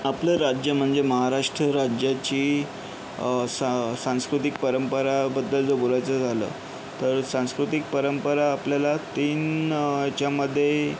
आपलं राज्य म्हणजे महाराष्ट्र राज्याची स सांस्कृतिक परंपराबद्दल जर बोलायचं झालं तर सांस्कृतिक परंपरा आपल्याला तीन याच्यामध्ये